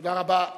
תודה רבה.